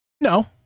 No